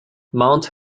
mount